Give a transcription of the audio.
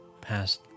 past